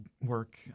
work